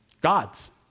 gods